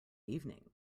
evening